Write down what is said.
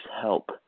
help